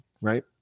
right